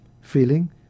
feeling